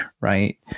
Right